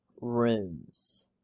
rooms